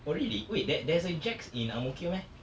oh really wait there there's a jack's in ang mo kio meh